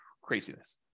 Craziness